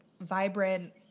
vibrant